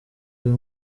uyu